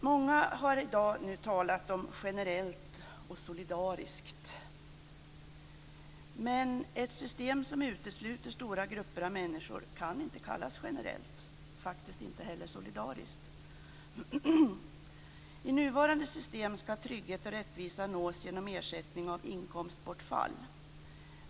Många har i dag talat om generellt och solidariskt, men ett system som utesluter stora grupper av människor kan inte kallas generellt, faktiskt inte heller solidariskt. I nuvarande system skall trygghet och rättvisa nås genom ersättning av inkomstbortfall.